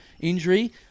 injury